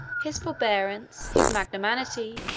his forbearance, his magnanimity,